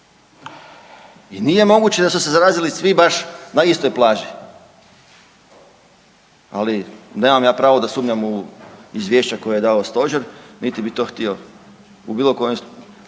i nije moguće da su se zarazili svi baš na istoj plaži. Ali, nemam ja pravo da sumnjam u izvješća koja je dao Stožer niti bi to htio u bilo kojem slučaju